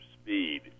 speed